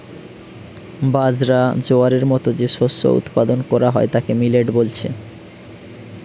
বাজরা, জোয়ারের মতো যে শস্য উৎপাদন কোরা হয় তাকে মিলেট বলছে